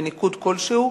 בניקוד כלשהו.